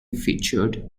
featured